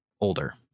older